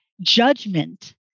judgment